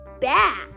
bad